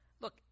look